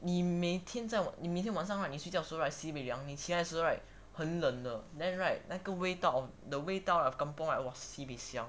你每天在你每天晚上你睡觉时 right sibeh 凉你起来的时后 right 很冷的 then right 那个味道 of the 味道 of kampung right oh sibeh 香